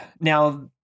Now